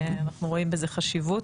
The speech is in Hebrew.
אנחנו רואים בזה חשיבות.